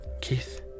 Keith